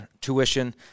tuition